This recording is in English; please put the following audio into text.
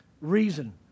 Reason